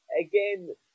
again